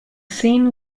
scene